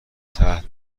تحت